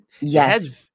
yes